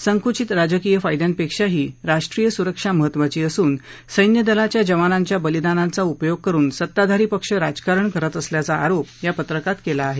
संकुचित राजकीय फायद्यांपेक्षाही राष्ट्रीय सुरक्षा महत्वाची असून सैन्यदलाच्या जवानांच्या बलिदानांचा उपयोग करुन सत्ताधारी पक्ष राजकारण करत असल्याचा आरोप या पत्रकात केला आहे